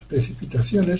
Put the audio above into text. precipitaciones